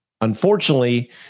unfortunately